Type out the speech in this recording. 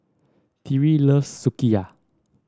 Tyreek loves Sukiyaki